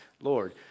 Lord